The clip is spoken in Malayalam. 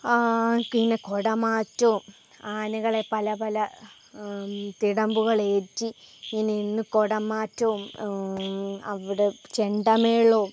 പിന്നെ കുടമാറ്റവും ആനകളെ പല പല തിടമ്പുകളേറ്റി ഇനി ഇന്നു കുടമാറ്റവും അവിടെ ചെണ്ടമേളവും